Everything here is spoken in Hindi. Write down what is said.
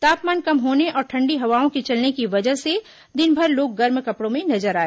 तापमान कम होने और ठंडी हवाओं के चलने की वजह से दिनभर लोग गर्म कपड़ों में नजर आए